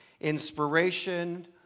inspiration